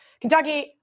Kentucky